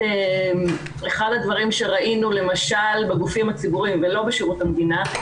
אחד הדברים שראינו למשל בגופים הציבוריים ולא בשירות המדינה,